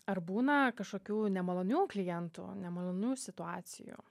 ar būna kažkokių nemalonių klientų nemalonių situacijų